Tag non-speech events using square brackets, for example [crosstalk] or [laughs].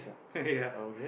[laughs] ya